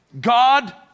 God